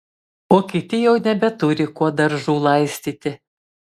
o kiti jau nebeturi kuo daržų laistyti